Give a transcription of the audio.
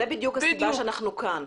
זאת בדיוק הסיבה שאנחנו כאן.